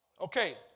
Okay